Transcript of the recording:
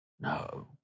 No